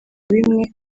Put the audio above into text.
bimwe